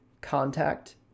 Contact